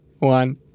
one